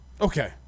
Okay